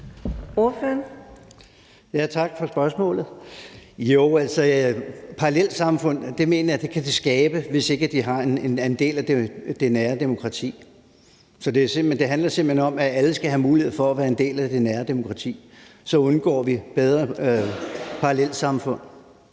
Parallelsamfund mener jeg at det kan skabe, hvis ikke de er en del af det nære demokrati. Så det handler simpelt hen om, at alle skal have mulighed for at være en del af det nære demokrati. Vi undgår bedre parallelsamfund,